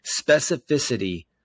specificity